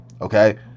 okay